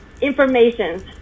information